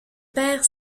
père